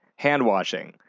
Handwashing